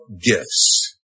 gifts